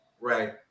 Right